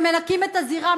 ומנקים את הזירה,